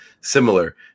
similar